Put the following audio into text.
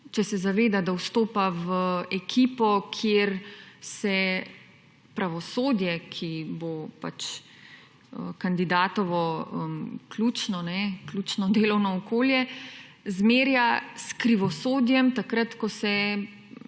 če se zaveda, da vstopa v ekipo kjer se pravosodje, ki bo kandidatovo ključno delovno okolje zmerja s krivosodjem takrat, ko se